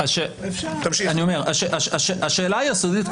השאלה היסודית,